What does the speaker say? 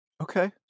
Okay